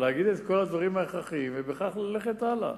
אבל להגיד את כל הדברים ההכרחיים, ובכך ללכת הלאה.